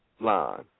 line